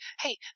hey